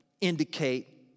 indicate